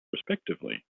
respectively